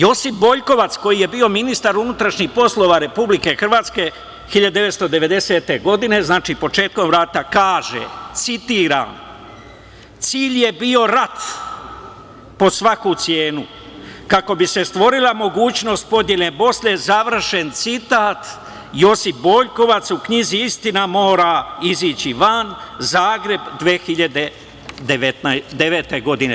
Josip Boljkovac, koji je bio ministar unutrašnjih poslova Republike Hrvatske 1990. godine, znači početkom rata kaže, citiram – cilj je bio rat po svaku cenu kako bi se stvorila mogućnost podele Bosne, završen citat, Josip Boljkovac u knjizi „Istina mora izaći van“ Zagreb 2009. godine.